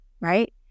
right